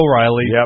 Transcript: O'Reilly